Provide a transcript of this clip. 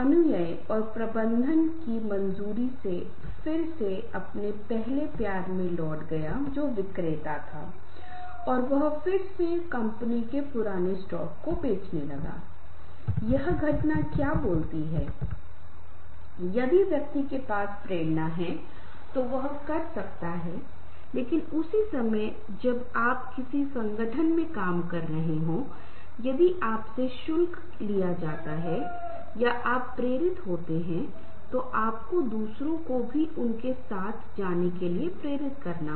कई बार ऐसा होता है कि स्कूल में कॉलेजों के कुछ दोस्त भी कुछ उपनामों से बुलाते हैं और फिर छात्रों को बहुत बुरा लगता है लेकिन हम अनावश्यक तरीकों से बच सकते हैं हमें छोटे मुद्दों को बड़ा नहीं बनाना चाहिए और यह हमारे परिवार में बहुत महत्वपूर्ण है हमारे समाज में कि अगर किसी ने कुछ बोला है जो शायद उस खास समय में नहीं जानता था या गलती से अनजाने में कुछ हो गया है तो हमें सुनने और धीरज रखना चाहिए इसका मतलब है कि हमें अनावश्यक रूप से इन मुद्दों पर ज़ोर नहीं रखना